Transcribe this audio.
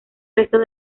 restos